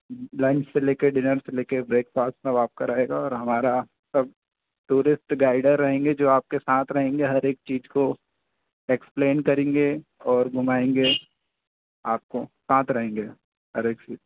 lunch से लेके dinner से लेके ब्रेकफ़ॉस्ट सब आपका रहेगा और हमारा सब टूरिस्ट गाइडर रहेंगे जो आपके साथ रहेंगे हर एक चीज़ को एक्सप्लेन करेंगे और घुमाएंगे आपको साथ रहेंगे